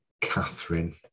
Catherine